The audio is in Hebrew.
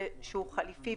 שזה חליפי,